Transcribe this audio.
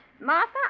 Martha